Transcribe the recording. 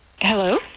Hello